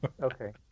Okay